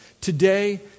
Today